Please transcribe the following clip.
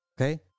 Okay